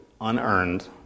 unearned